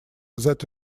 that